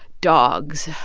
dogs.